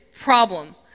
problem